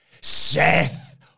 Seth